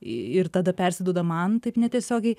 ir tada persiduoda man taip netiesiogiai